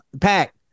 Pack